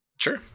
Sure